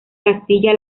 castilla